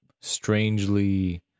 strangely